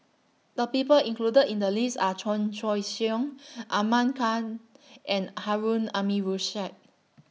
The People included in The list Are Chan Choy Siong Ahmad Khan and Harun Aminurrashid